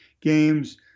games